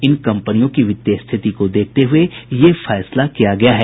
इन कंपनियों की वित्तीय स्थिति को देखते हुए यह फैसला किया गया है